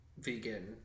vegan